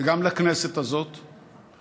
וגם לכנסת הזאת,